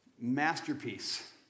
masterpiece